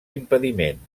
impediment